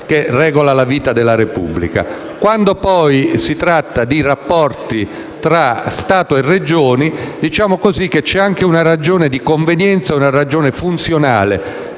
che regola la vita della Repubblica. Quando poi si tratta dei rapporti fra lo Stato e le Regioni vi sono anche una ragione di convenienza e una ragione funzionale